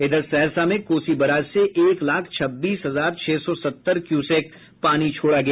इधर सहरसा में कोसी बराज से एक लाख छब्बीस हजार छह सौ सत्तर क्यूसेक पानी छोड़ा गया